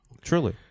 Truly